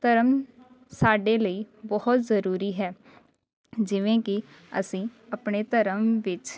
ਧਰਮ ਸਾਡੇ ਲਈ ਬਹੁਤ ਜ਼ਰੂਰੀ ਹੈ ਜਿਵੇਂ ਕਿ ਅਸੀਂ ਆਪਣੇ ਧਰਮ ਵਿੱਚ